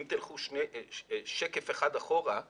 אם תלכו שני שקפים אחורה,